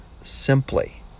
simply